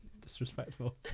Disrespectful